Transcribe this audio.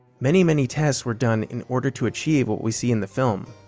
many many tests were done in order to achieve what we see in the film.